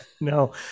No